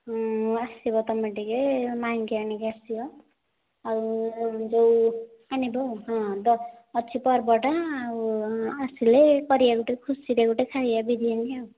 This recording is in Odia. ଆସିବ ତମେ ଟିକେ ମାଇଁଙ୍କୁ ଆଣିକି ଆସିବ ଆଉ ଯେଉଁ ହଁ ଅଛି ତ ପର୍ବଟା ଆଉ ଆସିଲେ କରିବା ଗୋଟେ ଖୁସିରେ ଖାଇବା ବିରିୟାନୀ ଆଉ